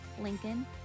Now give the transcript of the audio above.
Lincoln